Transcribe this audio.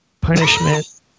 punishment